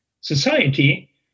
society